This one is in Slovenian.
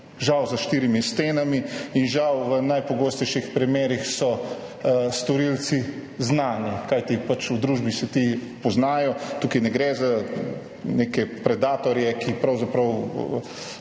Žal, za štirimi stenami. In žal so v najpogostejših primerih storilci znani, kajti v družbi se ti poznajo, tukaj ne gre za neke predatorje, ki pravzaprav